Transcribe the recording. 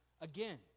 again